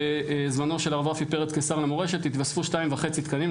בזמנו של הרב רפי פרץ כשר למורשת התווספו שניים וחצי תקנים,